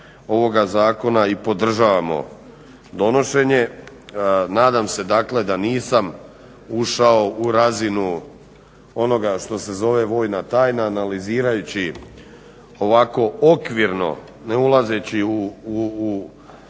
i podržavamo donošenje. Nadam se, dakle da nisam ušao u razinu onoga što se zove vojna tajna analizirajući ovako okvirno ne ulazeći u